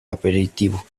aperitivo